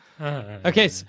Okay